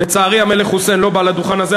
לצערי המלך חוסיין לא בא לדוכן הזה,